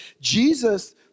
Jesus